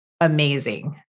amazing